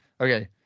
Okay